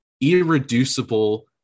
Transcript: irreducible